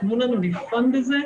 תנו לנו לבחון את זה,